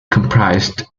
comprised